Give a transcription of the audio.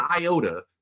iota